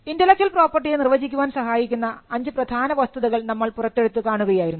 intellectual പ്രോപ്പർട്ടിയെ നിർവചിക്കാൻ സഹായിക്കുന്ന അഞ്ച് പ്രധാന വസ്തുതകൾ നമ്മൾ പുറത്തെടുത്തു കാണുകയായിരുന്നു